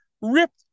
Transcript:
ripped